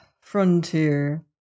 frontier